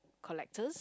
collectors